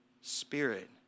Spirit